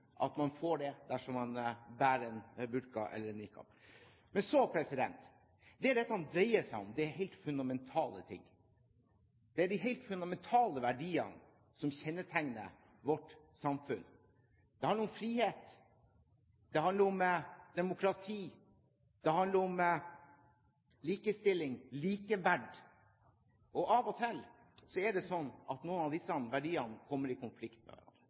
eller niqab. Men så: Det dette dreier seg om, er helt fundamentale ting. Det er de helt fundamentale verdiene som kjennetegner vårt samfunn. Det handler om frihet, det handler om demokrati, det handler om likestilling, likeverd. Og av og til er det sånn at noen av disse verdiene kommer i konflikt med hverandre,